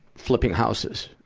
flipping houses.